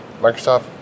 Microsoft